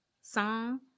song